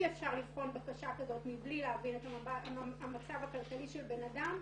אי אפשר לבחון בקשה כזאת מבלי להבין את המצב הכלכלי של בן אדם,